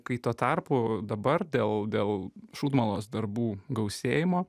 kai tuo tarpu dabar dėl dėl šūdmalos darbų gausėjimo